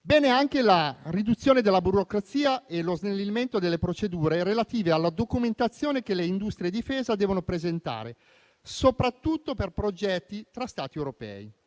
Bene anche la riduzione della burocrazia e lo snellimento delle procedure relative alla documentazione che le industrie difesa devono presentare, soprattutto per progetti tra Stati europei.